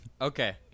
Okay